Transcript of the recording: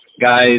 guys